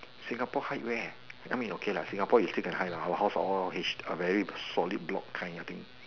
Singapore hide where I mean okay lah Singapore you still can hide lah our house all H are very solid block kind I think